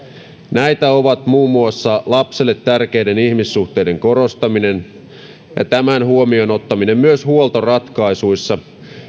näitä ovat muun muassa lapselle tärkeiden ihmissuhteiden korostaminen ja tämän huomioon ottaminen myös huoltoratkaisuissa